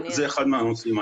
זה אחד הנושאים.